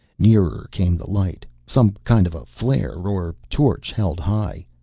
nearer came the light, some kind of a flare or torch, held high.